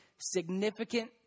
significant